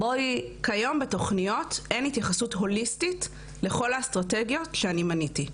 כיום בתוכניות אין התייחסות הוליסטית לכל האסטרטגיות שאני מניתי.